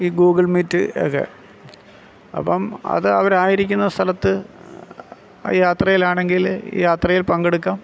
ഈ Google Meet ഒക്കെ അപ്പം അത് അവരായിരിക്കുന്ന സ്ഥലത്ത് യാത്രയിൽ ആണെങ്കിൽ യാത്രയിൽ പങ്കെടുക്കാം